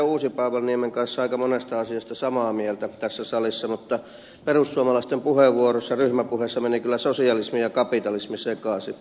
uusipaavalniemen kanssa aika monesta asiasta samaa mieltä tässä salissa mutta perussuomalaisten ryhmäpuheenvuorossa meni kyllä sosialismi ja kapitalismi sekaisin